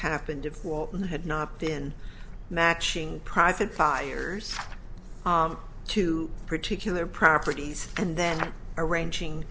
happen to pool had not been matching private fires to particular properties and then arranging